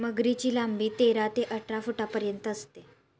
मगरीची लांबी तेरा ते अठरा फुटांपर्यंत असते